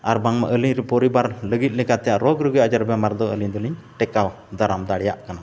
ᱟᱨ ᱵᱟᱝᱢᱟ ᱟᱹᱞᱤᱧᱨᱮᱱ ᱯᱚᱨᱤᱵᱟᱨ ᱞᱟᱹᱜᱤᱫ ᱞᱮᱠᱟᱛᱮ ᱨᱳᱜᱽ ᱨᱩᱜᱤ ᱟᱡᱟᱨ ᱵᱮᱢᱟᱨ ᱫᱚ ᱟᱹᱞᱤᱧ ᱫᱚᱞᱤᱧ ᱴᱮᱠᱟᱣ ᱫᱟᱨᱟᱢ ᱫᱟᱲᱮᱭᱟᱜ ᱠᱟᱱᱟ